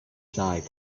side